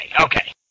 okay